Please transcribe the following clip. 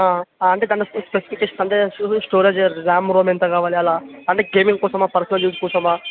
అంటే తనకు స్పెసిఫికేషన్స్ అంటే స్టోరేజ్ ర్యామ్ రోమ్ ఎంత కావాలి అలా అంటే గేమింగ్ కోసమా పర్సనల్ యూజ్ కోసమా